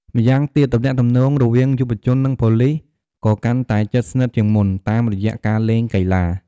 ម្យ៉ាងទៀត ទំនាក់ទំនងរវាងយុវជននិងប៉ូលិសក៏កាន់តែជិតស្និទ្ធជាងមុន តាមរយៈការលេងកីឡា។